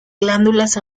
glándulas